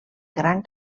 gran